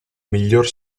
miglior